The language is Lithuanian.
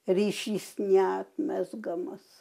ryšys ne mezgamas